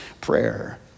prayer